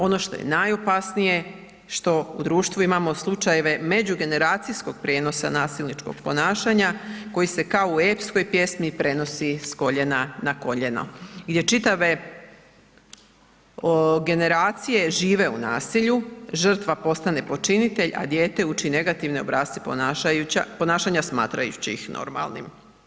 Ono što je najopasnije, što u društvu imamo slučajeve međugeneracijskog prijenosa nasilničkog ponašanja koji se kao u epskoj pjesmi prenosi s koljena na koljeno, gdje čitave generacije žive u nasilju, žrtva postane počinitelj, a dijete uči negativne obrasce ponašanja smatrajući ih normalnim.